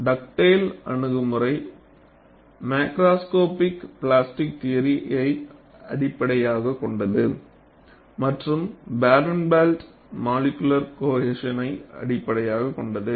Dugdale அணுகுமுறை macroscopic plasticity theory அடிப்படையாகக் கொண்டது மற்றும் பாரன்ப்ளாட் மாலிகுலார் கோஹெசன் அடிப்படையாகக் கொண்டது